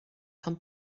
can